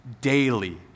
daily